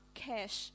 cash